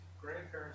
grandparents